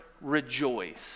rejoice